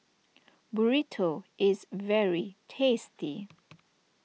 Burrito is very tasty